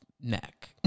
neck